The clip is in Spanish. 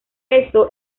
eso